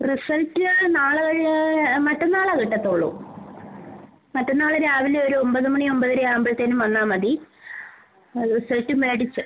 result നാളെ മറ്റന്നാളാണ് കിട്ടത്തുള്ളൂ മറ്റന്നാളെ രാവിലെ ഒരു ഒമ്പത് മണി ഒമ്പതര ആവുമ്പഴത്തേക്കും വന്നാൽ മതി ആ റിസൾട്ട് മേടിച്ച്